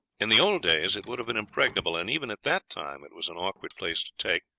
in the old days it would have been impregnable, and even at that time it was an awkward place to take,